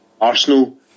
Arsenal